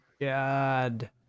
God